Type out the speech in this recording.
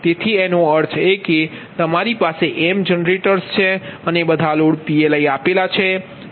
તેથી એનો અર્થ એ કે તમારી પાસે એમ જનરેટર્સ છે અને બધા લોડ PLi આપેલા છે